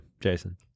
Jason